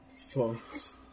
phones